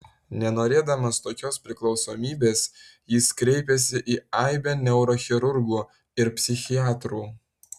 nenorėdamas tokios priklausomybės jis kreipėsi į aibę neurochirurgų ir psichiatrų